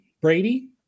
Brady